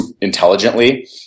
intelligently